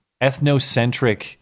ethnocentric